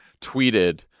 tweeted